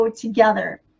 together